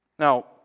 Now